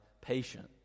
patient